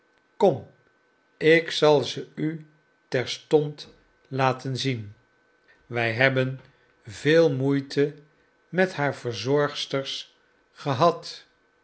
kom ik zal ze u terstond laten zien wij hebben veel moeite met haar verzorgsters gehad